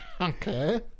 Okay